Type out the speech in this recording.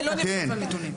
אני לא נחשף לנתונים.